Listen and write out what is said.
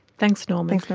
thanks norman.